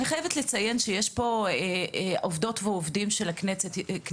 אני חייבת לציין שיש כאן עובדות ועובדים של הכנסת,